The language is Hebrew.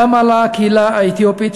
גם על הקהילה האתיופית,